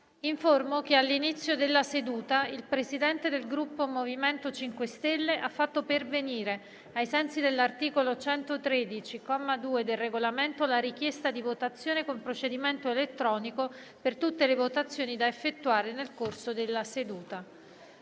che all'inizio della seduta il Presidente del Gruppo MoVimento 5 Stelle ha fatto pervenire, ai sensi dell'articolo 113, comma 2, del Regolamento, la richiesta di votazione con procedimento elettronico per tutte le votazioni da effettuare nel corso della seduta.